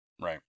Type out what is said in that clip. Right